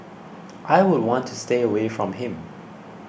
I would want to stay away from him